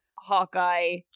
Hawkeye